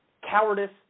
cowardice